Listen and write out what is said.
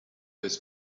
his